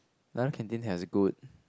the other canteen has good